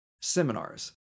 Seminars